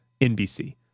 NBC